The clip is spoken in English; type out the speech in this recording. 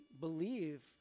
believe